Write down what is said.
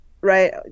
right